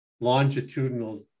longitudinal